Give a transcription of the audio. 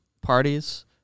parties